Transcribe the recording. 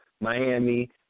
Miami